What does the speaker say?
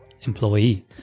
employee